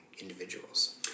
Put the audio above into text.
individuals